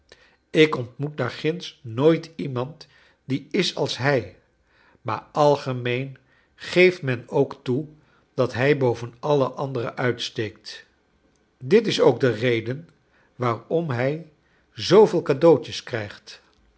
ik ontmoet daar ginds nooit iemand die is als hij maar algemeen geeft men ook toe dat hij boven alle anderen uitsteekt dit is ook de reden waar j om hij zooveel cadeautjes krijgt